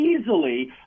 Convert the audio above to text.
easily